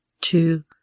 two